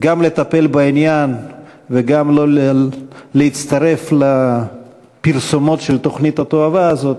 גם לטפל בעניין וגם לא להצטרף לפרסומות של תוכנית התועבה הזאת,